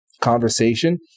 conversation